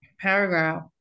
paragraph